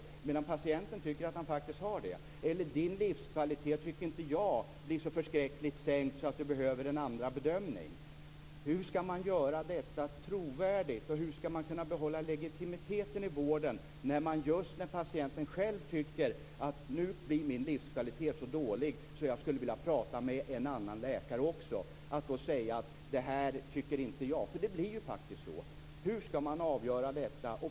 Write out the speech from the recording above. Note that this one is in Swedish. Om läkaren tycker att patientens livskvalitet inte blir så sänkt att han behöver en andra bedömning, hur skall man göra detta trovärdigt? Hur skall man kunna behålla legitimiteten i vården när just denna patient själv tycker att hans livskvalitet blir så dålig att han skulle vilja prata med en annan läkare också, och läkaren då säger att han inte tycker det? Det blir ju så. Hur skall man avgöra detta?